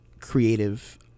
creative